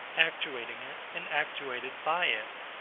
actuating it, and actuated by it.